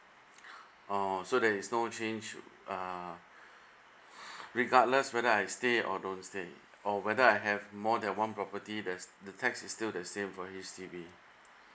oh so there's no change uh regardless whether I stay or don't stay or whether I have more than one property there's the tax is still the same for H_D_B